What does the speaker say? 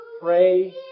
pray